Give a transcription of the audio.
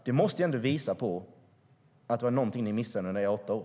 Detta måste ändå visa att ni missade något under era åtta år.